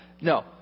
No